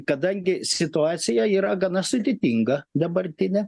kadangi situacija yra gana sudėtinga dabartinė